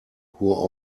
who